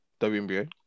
WNBA